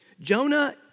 Jonah